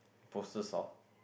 poses of